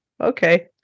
Okay